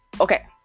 okay